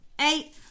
Eight